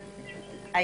הנושא השני התעסוקה.